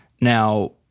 Now